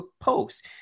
posts